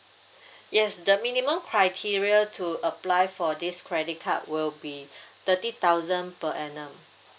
yes the minimum criteria to apply for this credit card will be thirty thousand per annum